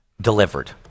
delivered